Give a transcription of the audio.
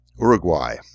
Uruguay